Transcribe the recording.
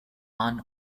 ann